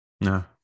no